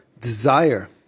desire